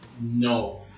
no